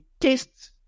taste